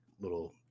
little